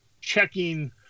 checking